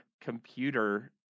computer